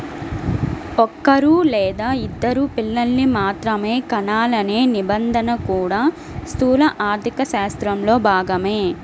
ఒక్కరూ లేదా ఇద్దరు పిల్లల్ని మాత్రమే కనాలనే నిబంధన కూడా స్థూల ఆర్థికశాస్త్రంలో భాగమే